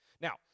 Now